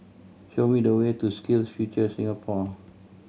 show me the way to SkillsFuture Singapore